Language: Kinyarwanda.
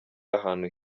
ahantu